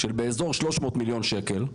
של באזור 300 מיליון שקלים.